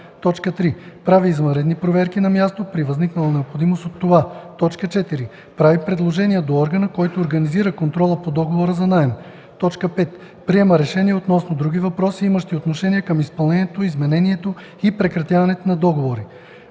график; 3. прави извънредни проверки на място – при възникнала необходимост от това; 4. прави предложения до органа, който организира контрола по договора за наем; 5. приема решения относно други въпроси, имащи отношение към изпълнението, изменението и прекратяването на договори;